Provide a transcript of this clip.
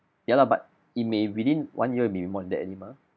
ya lah but it may within one year will be more than that already mah